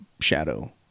shadow